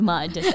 Mud